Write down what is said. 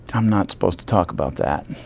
i'm not supposed to talk about that